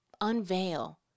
Unveil